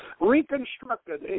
reconstructed